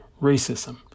racism